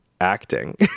acting